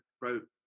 wrote